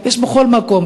יש בכל מקום,